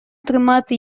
тримати